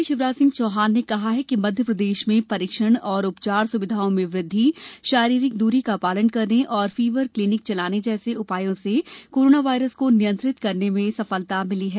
मुख्यमंत्री शिवराज सिंह चौहान ने कहा कि मध्य प्रदेश में परीक्षण और उपचार सुविधाओं में वृद्धि शारीरिक दूरी का पालन करने और फीवर क्लीनिक चलाने जैसे उपायों से कोरोना वायरस को नियंत्रित करने में सफल रहा है